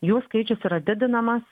jų skaičius yra didinamas